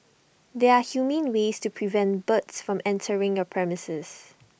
there are humane ways to prevent birds from entering your premises